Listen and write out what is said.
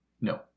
No